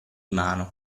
mano